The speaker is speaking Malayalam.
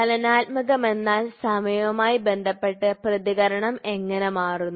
ചലനാത്മകമെന്നാൽ സമയവുമായി ബന്ധപ്പെട്ട് പ്രതികരണം എങ്ങനെ മാറുന്നു